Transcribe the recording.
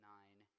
nine